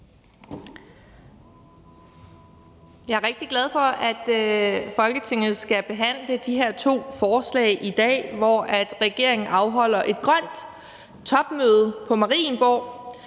Jeg rigtig glad for, at Folketinget skal behandle de her to forslag i dag, hvor meget af regeringen afholder et grønt topmøde på Marienborg.